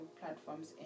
platforms